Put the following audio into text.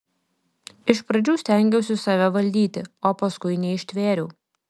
iš pradžių stengiausi save valdyti o paskui neištvėriau